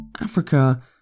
Africa